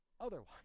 otherwise